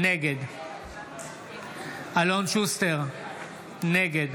נגד אלון שוסטר, נגד